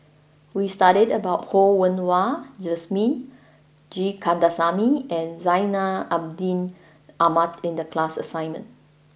we studied about Ho Yen Wah Jesmine G Kandasamy and Zainal Abidin Ahmad in the class assignment